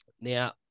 Now